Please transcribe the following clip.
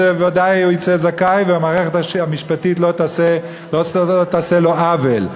ודאי שהוא יצא זכאי והמערכת המשפטית לא תעשה לו עוול,